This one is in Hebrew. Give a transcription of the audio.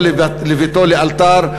ולשחררו לביתו לאלתר,